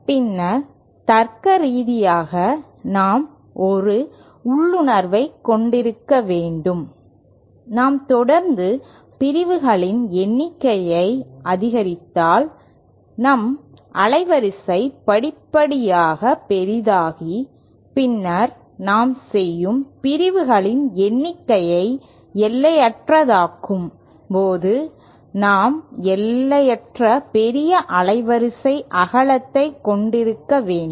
பின்னர் தர்க்கரீதியாக நாம் ஒரு உள்ளுணர்வைக் கொண்டிருக்க வேண்டும் நாம் தொடர்ந்து பிரிவுகளின் எண்ணிக்கையை அதிகரித்தால் நம் அலைவரிசை படிப்படியாக பெரிதாகி பின்னர் நாம் செய்யும் பிரிவுகளின் எண்ணிக்கையை எல்லையற்றதாக்கும் போது நாம் எல்லையற்ற பெரிய அலைவரி அகலத்தைக் கொண்டிருக்க வேண்டும்